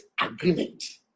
agreement